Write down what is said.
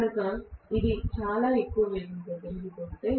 కనుక ఇది చాలా ఎక్కువ వేగంతో తిరుగుతుంటే